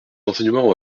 enseignement